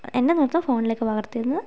എൻ്റെ നൃത്തം ഫോണിലേയ്ക്ക് പകർത്തിയിരുന്നത്